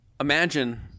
Imagine